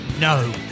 No